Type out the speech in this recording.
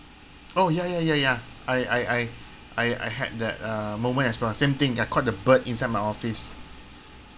oh ya ya ya ya I I I I had that uh moment as well same thing ya caught the bird inside my office